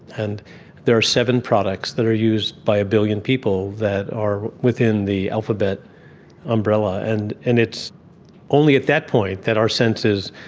and there are seven products that are used by a billion people that are within the alphabet umbrella. and and it's only at that point that our senses,